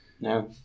no